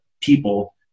people